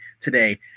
today